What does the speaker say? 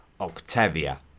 Octavia